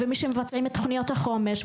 ומי שמבצעים את תוכניות החומש,